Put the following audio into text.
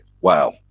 Wow